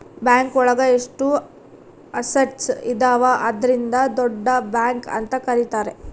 bank ಒಳಗ ಎಷ್ಟು assets ಇದಾವ ಅದ್ರಿಂದ ದೊಡ್ಡ ಬ್ಯಾಂಕ್ ಅಂತ ಕರೀತಾರೆ